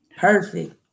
Perfect